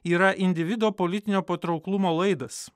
yra individo politinio patrauklumo laidas